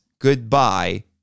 goodbye